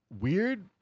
weird